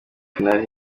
final